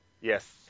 Yes